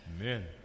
Amen